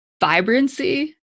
vibrancy